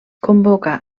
convoca